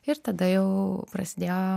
ir tada jau prasidėjo